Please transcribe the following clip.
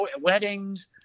weddings